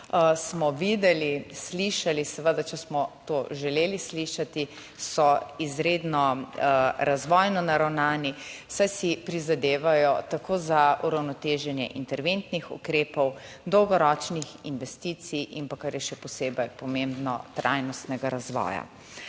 Smo videli, slišali seveda, če smo to želeli slišati, so izredno razvojno naravnani, saj si prizadevajo tako za uravnoteženje interventnih ukrepov, dolgoročnih investicij in pa, kar je še posebej pomembno, trajnostnega razvoja.